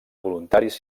voluntaris